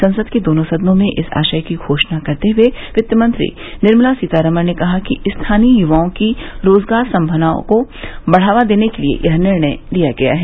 संसद के दोनों सदनों में इस आशय की घोषणा करते हुए वित्त मंत्री निर्मला सीमारामण ने कहा कि स्थानीय युवाओं की रोजगार संभावनाओं को बढ़ावा देने के लिए यह निर्णय किया गया है